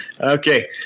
Okay